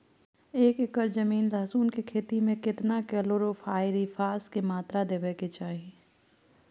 एक एकर जमीन लहसुन के खेती मे केतना कलोरोपाईरिफास के मात्रा देबै के चाही?